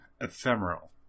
ephemeral